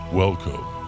welcome